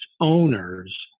owners